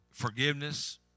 Forgiveness